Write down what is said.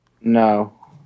No